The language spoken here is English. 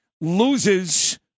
loses